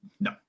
No